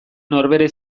norbere